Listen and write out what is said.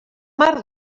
mar